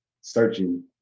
searching